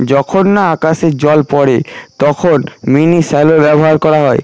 যখন না আকাশের জল পড়ে তখন মিনি শ্যালো ব্যবহার করা হয়